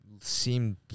seemed